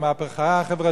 המחאה החברתית,